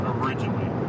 originally